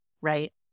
right